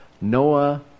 Noah